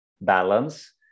Balance